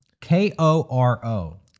K-O-R-O